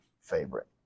favorite